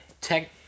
tech